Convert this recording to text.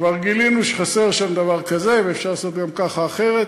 כבר גילינו שחסר שם דבר כזה ואפשר לעשות גם ככה אחרת.